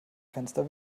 fenster